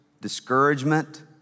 discouragement